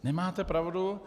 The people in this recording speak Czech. Nemáte pravdu.